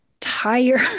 tired